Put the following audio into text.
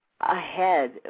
ahead